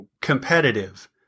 competitive